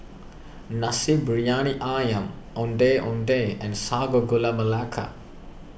Nasi Briyani Ayam Ondeh Ondeh and Sago Gula Melaka